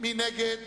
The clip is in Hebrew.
מי נגד.